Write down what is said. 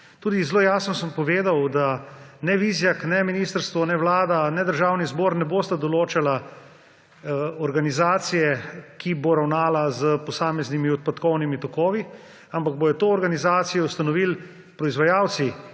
Tudi zelo jasno sem povedal, da ne Vizjak, ne ministrstvo, ne Vlada, ne Državni zbor ne bodo določali organizacije, ki bo ravnala s posameznimi odpadkovnimi tokovi, ampak bojo to organizacije ustanovili proizvajalci